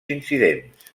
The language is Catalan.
incidents